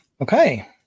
Okay